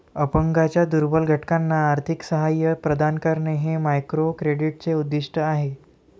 अपंगांच्या दुर्बल घटकांना आर्थिक सहाय्य प्रदान करणे हे मायक्रोक्रेडिटचे उद्दिष्ट आहे